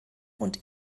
und